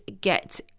get